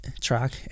track